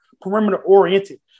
perimeter-oriented